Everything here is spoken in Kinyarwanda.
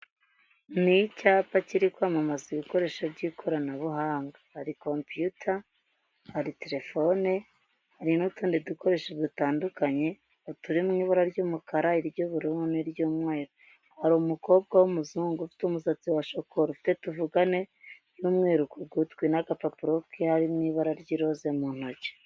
Ni icyapa kiri kwamamaza ibikoresho by'ikoranabuhanga, hari kompiyuta, hari telefone, hari n'utundi dukoresho dutandukanye uturi mu ibura ry'umukara iry'ubururu n'iry'umweru, hari umukobwa w'umuzungu ufite umusatsi wa shokora ufite tuvugane y'umweru ku gutwi n'agapapuro kari mu ibara ry'iroze mu ntoki.